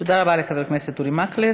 תודה רבה לחבר הכנסת אורי מקלב.